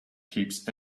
keeps